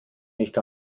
nicht